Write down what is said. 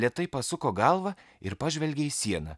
lėtai pasuko galvą ir pažvelgė į sieną